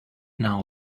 now